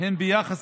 הן ביחס